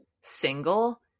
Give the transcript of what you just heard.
Single